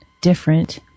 different